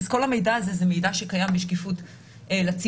כל המידע הזה הוא מידע שקיים בשקיפות לציבור.